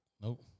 Nope